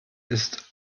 ist